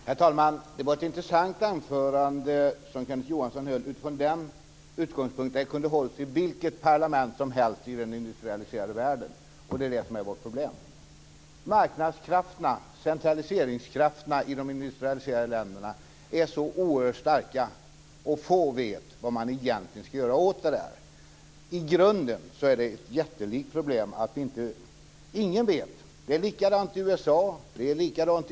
Herr talman! Det var ett intressant anförande som Kenneth Johansson höll utifrån den utgångspunkten att det kunde ha hållits i vilket parlament som helst i den industrialiserade världen, och det är det som är vårt problem. Marknadskrafterna och centraliseringskrafterna i de industrialiserade länderna är så oerhört starka, och få vet vad man egentligen ska göra åt dem. I grunden är det ett jättelikt problem att ingen vet det. Det är på samma sätt i USA och i Tyskland.